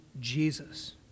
Jesus